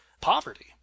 poverty